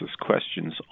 questions